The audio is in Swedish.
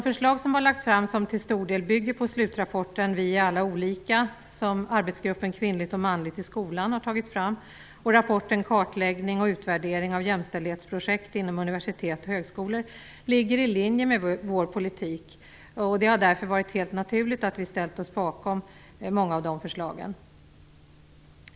Förslagen som till stor del bygger på slutrapporten Vi är alla olika, som arbetsgruppen Kvinnligt och manligt i skolan har tagit fram, och rapporten Kartläggning och utvärdering av jämställdhetsprojekt inom universitet och högskolor ligger i linje med vår politik. Det har därför varit helt naturligt att vi ställt oss bakom många av de förslagen.